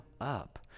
up